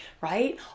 right